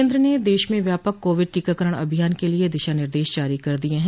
केन्द्र ने देश में व्यापक कोविड टीकाकरण अभियान के लिए दिशानिर्देश जारी कर दिये हैं